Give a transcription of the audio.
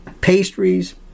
pastries